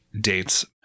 dates